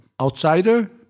outsider